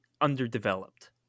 underdeveloped